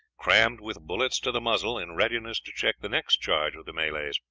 crammed with bullets to the muzzle, in readiness to check the next charge of the malays.